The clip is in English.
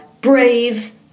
brave